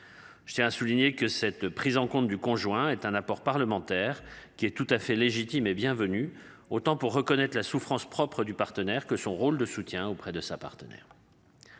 Je tiens à souligner que cette prise en compte du conjoint est un apport parlementaire qui est tout à fait légitime et bienvenue autant pour reconnaître la souffrance propres du partenaire que son rôle de soutien auprès de sa partenaire.